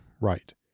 Right